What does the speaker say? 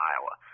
Iowa